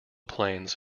plains